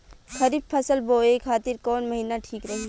खरिफ फसल बोए खातिर कवन महीना ठीक रही?